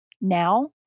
now